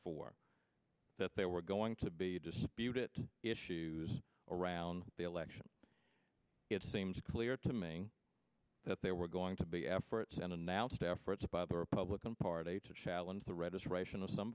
four that they were going to be disputed issues around the election it seemed clear to me that there were going to be efforts and announced efforts by the republican party to challenge the registration of some